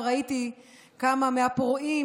מה קרה היום?